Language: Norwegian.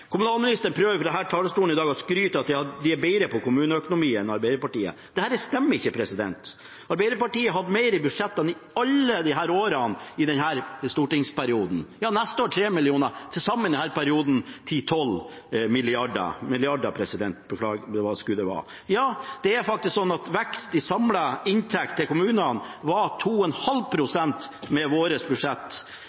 Kommunalministeren prøver på denne talerstolen i dag å skryte av at de er bedre på kommuneøkonomi enn Arbeiderpartiet. Det stemmer ikke. Arbeiderpartiet har hatt mer i budsjettene i alle årene i denne stortingsperioden, ja, neste år 3 mrd. kr mer, og til sammen denne perioden 10–12 mrd. kr. Ja, det er faktisk sånn at veksten i samlet inntekt til kommunene var 2,5